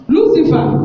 Lucifer